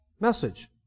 message